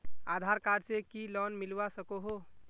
आधार card से की loan मिलवा सकोहो?